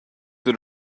that